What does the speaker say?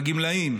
הגמלאים,